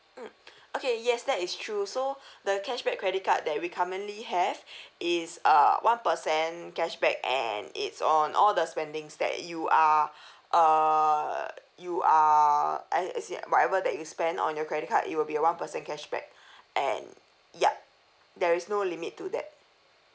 mm okay yes that is true so the cashback credit card that we currently have is uh one percent cashback and it's on all the spendings that you are err you are as in whatever that you spend on your credit card it will be a one percent cashback and yup there is no limit to that